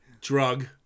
drug